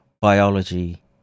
biology